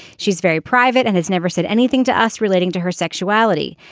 she's very private and has never said anything to us relating to her sexuality.